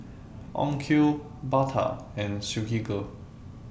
Onkyo Bata and Silkygirl